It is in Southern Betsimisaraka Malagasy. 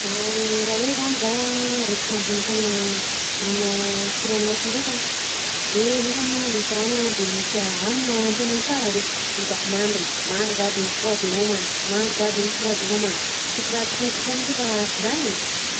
Ah raha hoe zany zaho raikitra ambony akany amina astronaute ndreka de nefany a misy rano a de misy hanina ampy anahy sara de lozako mandry mandry zah de mifoha de homana ,mandry zah de mifoha de homana sisy raha tokony ataoko zany ange fa zany e.